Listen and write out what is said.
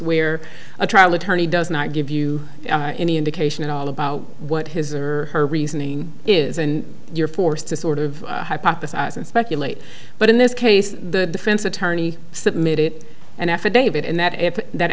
where a trial attorney does not give you any indication at all about what his or her reasoning is and you're forced to sort of hypothesize and speculate but in this case the defense attorney submitted an affidavit and that if that